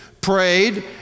prayed